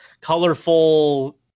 colorful